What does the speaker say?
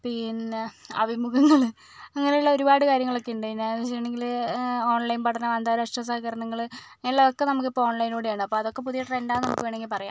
പിന്നെ അഭിമുഖങ്ങൾ അങ്ങനെയുള്ള ഒരുപാട് കാര്യങ്ങളൊക്കെയുണ്ട് പിന്നെയെന്ന് വെച്ചിട്ടുണ്ടെങ്കിൽ ഓൺലൈൻ പഠനം അന്താരാഷ്ട്ര സഹകരണങ്ങൾ അങ്ങനെയുള്ളത് ഒക്കെ നമുക്കിപ്പോൾ ഓൺലൈനിലൂടെയാണ് അപ്പോൾ അതൊക്കെ പുതിയ ട്രെൻഡാണെന്ന് നമുക്ക് വേണമെങ്കിൽ പറയാം